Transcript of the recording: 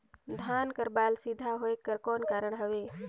धान कर बायल सीधा होयक कर कौन कारण हवे?